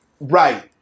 Right